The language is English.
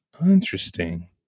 Interesting